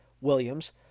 Williams